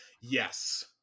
yes